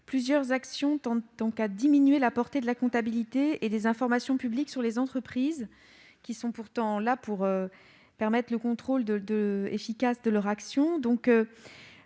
plusieurs actions tendent à diminuer la portée de la comptabilité et des informations publiques sur les entreprises, qui doivent permettre le contrôle efficace de leur action.